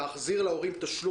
מה עושים כדי להתמודד איתו?